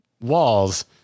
walls